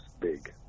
big